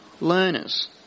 learners